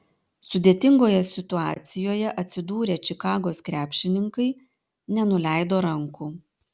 sudėtingoje situacijoje atsidūrę čikagos krepšininkai nenuleido rankų